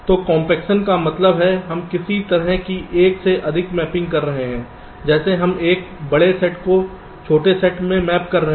तो कॉम्पेक्शन का मतलब है हम किसी तरह की एक से एक मैपिंग कर रहे हैं जैसे हम एक बड़े सेट को छोटे सेट में मैप कर रहे हैं